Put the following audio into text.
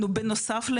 אנחנו בנוסף.